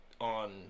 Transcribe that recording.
on